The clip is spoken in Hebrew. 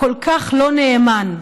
הכל-כך לא נאמן.